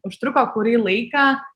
užtruko kurį laiką